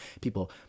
people